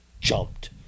jumped